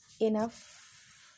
enough